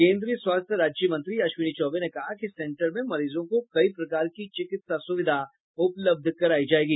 केंद्रीय स्वास्थ्य राज्य मंत्री अश्विनी चौबे ने कहा कि सेंटर में मरीजों को कई प्रकार की चिकित्सा सुविधा उपलब्ध होगी